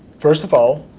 first of all,